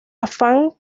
afán